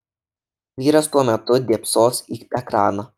vyras tuo metu dėbsos į ekraną